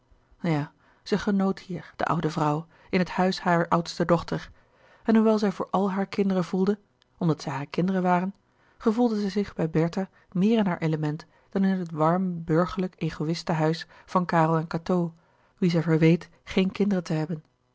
ja zij genoot hier de oude vrouw in het huis harer oudste dochter en hoewel zij voor al hare kinderen voelde omdat zij hare kinderen waren gevoelde zij zich bij bertha meer in haar element dan in het warm burgerlijk egoïste huis van karel en cateau wie zij verweet geen kinderen te hebben